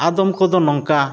ᱟᱫᱚᱢ ᱠᱚᱫᱚ ᱱᱚᱝᱠᱟ